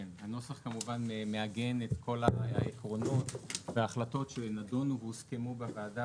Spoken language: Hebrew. הנוסח כמובן מעגן את כל העקרונות וההחלטות שנדונו והוסכמו בוועדה